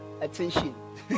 attention